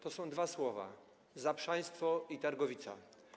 To są dwa słowa: zaprzaństwo i targowica.